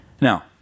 Now